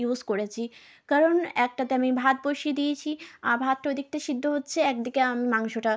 use করেছি কারণ একটাতে আমি ভাত বসিয়ে দিয়েছি ভাতটা ওই দিকটা সিদ্ধ হচ্ছে একদিকে আমি মাংসটা